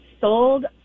sold